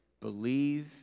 believe